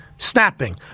snapping